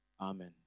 Amen